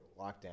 lockdown